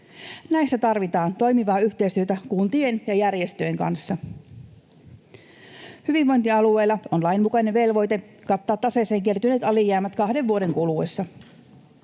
Näissä tarvitaan toimivaa yhteistyötä kuntien ja järjestöjen kanssa. Hyvinvointialueilla on lain mukainen velvoite kattaa taseeseen kertyneet alijäämät kahden vuoden kuluessa.